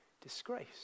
disgrace